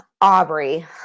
Aubrey